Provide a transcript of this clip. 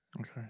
Okay